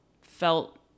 felt